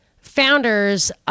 founders